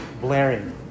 blaring